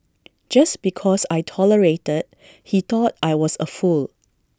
just because I tolerated he thought I was A fool